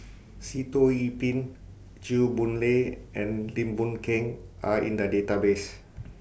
Sitoh Yih Pin Chew Boon Lay and Lim Boon Keng Are in The Database